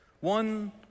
one